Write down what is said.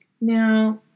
Now